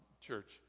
church